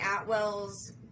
Atwell's